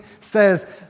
says